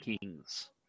Kings